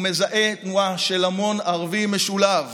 והוא מזהה תנועה של המון ערבי משולהב